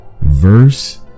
verse